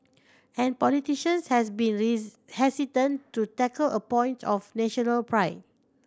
and politicians has been these hesitant to tackle a point of national pride